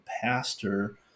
pastor